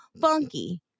funky